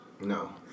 No